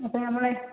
ഇപ്പോൾ നമ്മള്